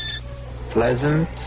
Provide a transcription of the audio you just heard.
pleasant